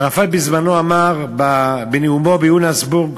ערפאת בזמנו אמר, בנאומו ביוהנסבורג